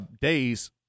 days